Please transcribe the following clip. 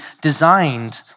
designed